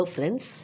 Friends